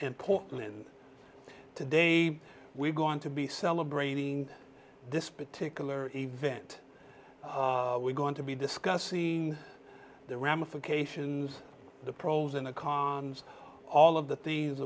portland today we're going to be celebrating this particular event we're going to be discussing the ramifications the pros and cons all of the things